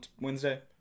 Wednesday